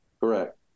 Correct